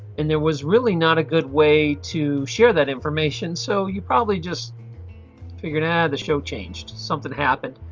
and there was really not a good way to share that information so you probably just figured out the show changed, something happened.